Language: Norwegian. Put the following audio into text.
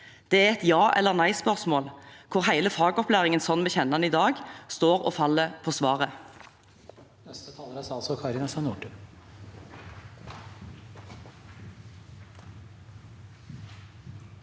Dette er et ja- eller nei-spørsmål, hvor hele fagopplæringen slik vi kjenner den i dag, står og faller med svaret.